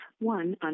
one